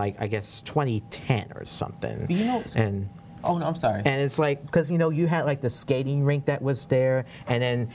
the i guess twenty ten or somethin oh no i'm sorry and it's like because you know you have like the skating rink that was there and then